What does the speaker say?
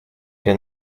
для